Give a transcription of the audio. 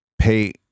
Pay